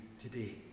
today